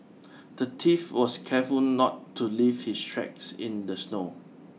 the thief was careful not to leave his tracks in the snow